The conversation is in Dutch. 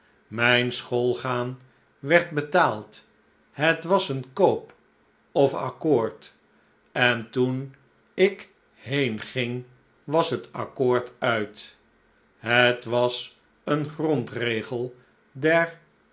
mijn schoolgaan werd betaald het was een koop of accoord en toen ik hcenging was het accoord uit het was een grondregel der